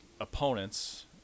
opponents